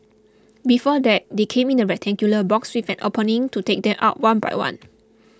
before that they came in a rectangular box with an opening to take them out one by one